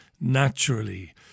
naturally